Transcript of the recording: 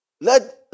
let